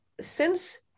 since-